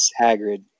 Hagrid